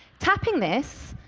tapping this